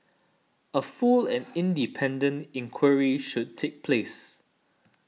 a full and independent inquiry should take place